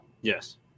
Yes